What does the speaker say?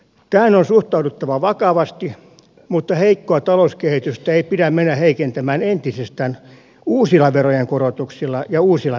tähän on suhtauduttava vakavasti mutta heikkoa talouskehitystä ei pidä mennä heikentämään entisestään uusilla verojen korotuksilla ja uusilla menoleikkauksilla